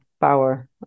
power